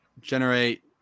generate